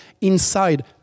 inside